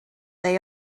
they